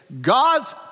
God's